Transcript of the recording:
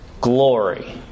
glory